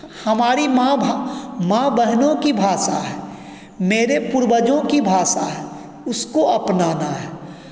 हमारी माँ माँ बहनों की भाषा है मेरे पूर्वजों की भाषा है उसको अपनाना है